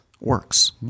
works